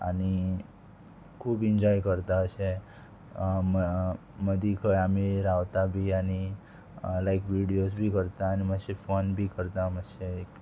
आनी खूब इन्जॉय करता अशें मदीं खंय आमी रावता बी आनी लायक विडिओज बी करता आनी मातशें फोन बी करता मातशें